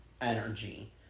energy